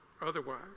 otherwise